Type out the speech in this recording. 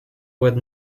with